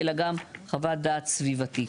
אלא גם חוות דעת סביבתית.